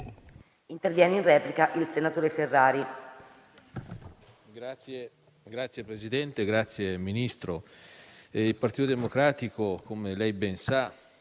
Signor Presidente, ringrazio il Ministro. Il Partito Democratico, come lei ben sa,